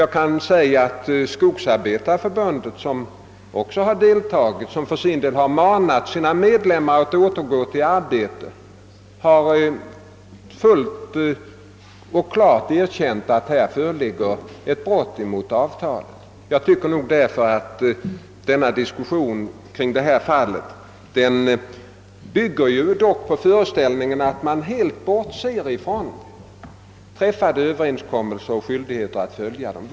Jag vill nämna att Skogsarbetareförbundet för sin del manat medlemmarna att återgå till arbetet och klart erkänt att ett brott mot avtalet förekommit. Jag måste säga att diskussionen kring detta fall tycks bygga på föreställningen att man helt kan bortse från träffade överenskommelser och från skyldigheten att följa dessa.